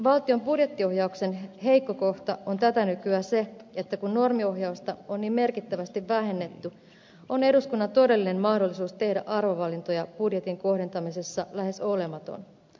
valtion budjettiohjauksen heikko kohta on tätä nykyä se että kun normiohjausta on niin merkittävästi vähennetty on eduskunnan todellinen mahdollisuus tehdä arvovalintoja budjetin kohdentamisessa lähes olematon